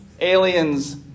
aliens